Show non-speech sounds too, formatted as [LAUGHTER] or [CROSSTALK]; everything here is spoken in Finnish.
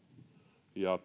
ja [UNINTELLIGIBLE]